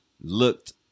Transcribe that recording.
looked